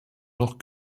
noch